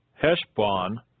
Heshbon